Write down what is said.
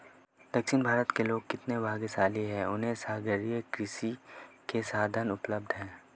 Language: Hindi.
दक्षिण भारत के लोग कितने भाग्यशाली हैं, उन्हें सागरीय कृषि के साधन उपलब्ध हैं